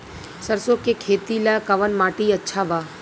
सरसों के खेती ला कवन माटी अच्छा बा?